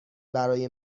برای